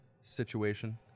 situation